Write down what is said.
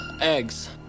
Eggs